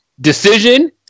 decision